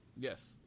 Yes